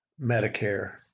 Medicare